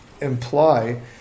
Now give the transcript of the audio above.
imply